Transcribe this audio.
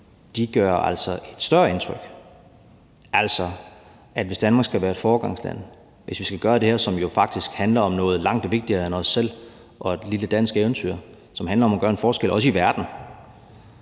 gør et større indtryk. Altså, hvis Danmark skal være et foregangsland, og hvis vi skal gøre det her, som jo faktisk handler om noget langt vigtigere end os selv og et lille dansk eventyr, og som handler om at gøre en forskel, også i verden,